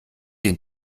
den